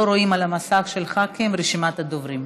לא רואים על המסך שלך את רשימת הדוברים.